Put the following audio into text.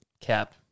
cap